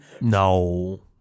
No